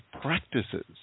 practices